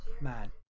man